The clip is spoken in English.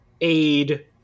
aid